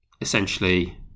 essentially